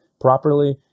properly